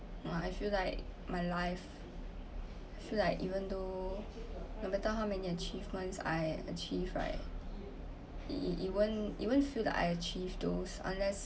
I feel like my life I feel like even though no matter how many achievements I achieve right it it it won't it won't feel like I achieved those unless